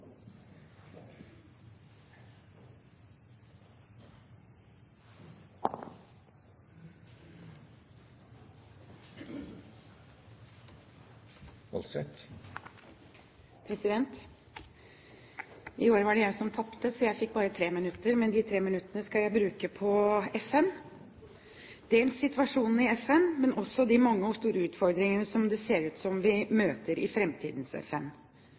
det jeg som tapte, så jeg fikk bare tre minutter, men de tre minuttene skal jeg bruke på FN, dels på situasjonen i FN og dels på de mange og store utfordringene som det ser ut som vi møter i framtidens FN.